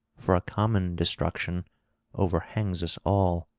for a common destruction overhangs us all.